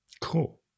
Cool